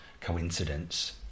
coincidence